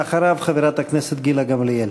ואחריו, חברת הכנסת גילה גמליאל.